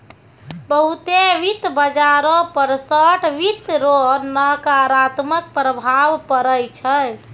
बहुते वित्त बाजारो पर शार्ट वित्त रो नकारात्मक प्रभाव पड़ै छै